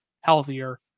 healthier